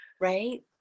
Right